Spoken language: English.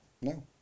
No